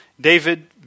David